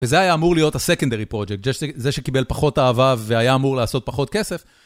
וזה היה אמור להיות ה-Secondary Project, זה שקיבל פחות אהבה והיה אמור לעשות פחות כסף.